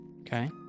Okay